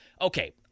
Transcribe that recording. okay